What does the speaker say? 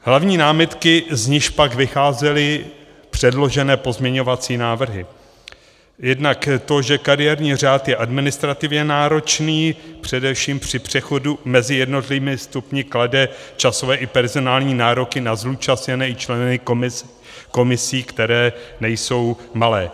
Hlavní námitky, z nichž pak vycházely předložené pozměňovací návrhy: jednak to, že kariérní řád je administrativně náročný, především při přechodu mezi jednotlivými stupni klade časové i personální nároky na zúčastněné i členy komisí, které nejsou malé.